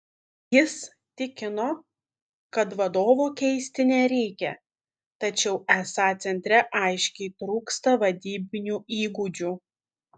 jis tikino kad vadovo keisti nereikia tačiau esą centre aiškiai trūksta vadybinių įgūdžių